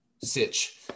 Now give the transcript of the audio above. sitch